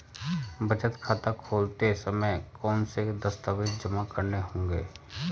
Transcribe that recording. बचत खाता खोलते समय कौनसे दस्तावेज़ जमा करने होंगे?